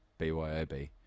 BYOB